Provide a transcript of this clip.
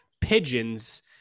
pigeons